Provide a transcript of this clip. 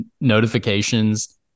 notifications